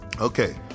Okay